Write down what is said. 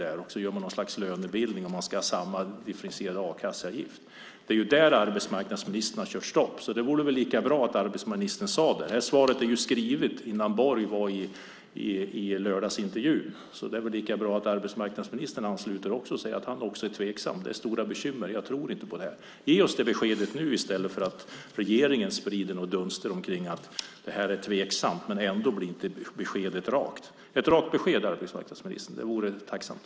Man gör ett slags lönebildning och ska ha samma differentierade a-kasseavgift. Där har arbetsmarknadsministern kört till stopp, så det vore väl lika bra att arbetsmarknadsministern sade det. Det här svaret skrevs ju innan Borg var med i lördagsintervjun, så det är väl lika bra att också arbetsmarknadsministern ansluter sig och säger: Jag är också tveksam. Det är stora bekymmer. Jag tror inte på det här. Ge oss det beskedet nu i stället för att regeringen sprider dunster kring att det här är tveksamt! Ett rakt besked, arbetsmarknadsministern, vore alltså tacksamt.